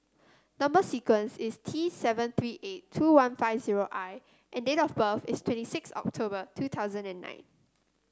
number sequence is T seven three eight two one five zero I and date of birth is twenty sixth October two thousand and nine